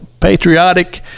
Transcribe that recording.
patriotic